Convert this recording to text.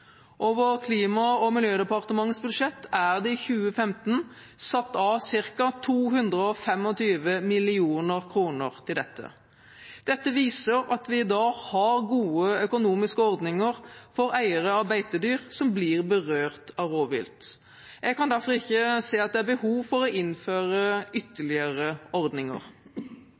Over Klima- og miljødepartementets budsjett er det i 2015 satt av ca. 225 mill. kr til dette. Dette viser at vi i dag har gode økonomiske ordninger for eiere av beitedyr som blir berørt av rovvilt. Jeg kan derfor ikke se at det er behov for å innføre